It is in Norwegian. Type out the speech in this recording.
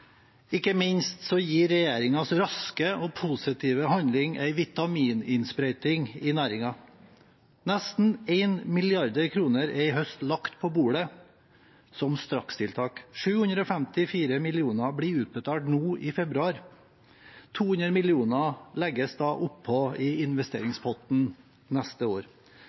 Ikke minst gir regjeringens raske og positive handling en vitamininnsprøyting i næringen. Nesten 1 mrd. kr er i høst lagt på bordet som strakstiltak. 754 mill. kr blir utbetalt nå i februar, 200 mill. kr legges da oppå i investeringspotten neste år.